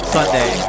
Sunday